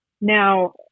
Now